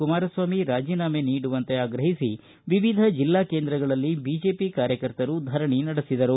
ಕುಮಾರಸ್ವಾಮಿ ರಾಜೀನಾಮೆ ನೀಡುವಂತೆ ಆಗ್ರಹಿಸಿ ವಿವಿಧ ಜಿಲ್ಲಾ ಕೇಂದ್ರಗಳಲ್ಲಿ ಬಿಜೆಪಿ ಕಾರ್ಯಕರ್ತರು ಧರಣಿ ನಡೆಸಿದರು